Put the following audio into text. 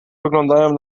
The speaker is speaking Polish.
wyglądają